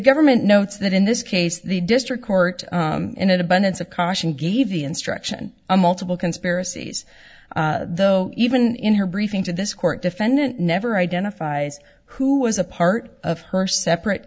government notes that in this case the district court in an abundance of caution gave the instruction a multiple conspiracies though even in her briefing to this court defendant never identifies who was a part of her separate